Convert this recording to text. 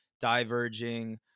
diverging